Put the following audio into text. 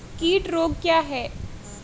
कीट रोग क्या है?